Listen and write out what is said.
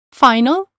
final